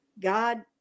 God